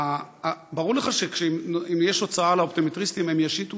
ברור לך שאם יש הוצאה לאופטומטריסטים הם ישיתו אותה,